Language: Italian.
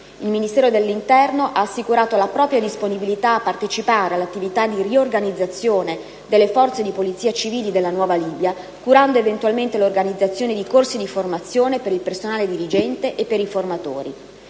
Il Ministero dell'interno ha assicurato la propria disponibilità a partecipare all'attività di riorganizzazione delle forze di polizia civili della nuova Libia, curando eventualmente l'organizzazione di corsi di formazione per il personale dirigente e per i formatori.